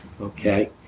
okay